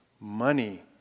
money